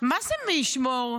מה זה מי ישמור?